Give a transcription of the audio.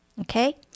okay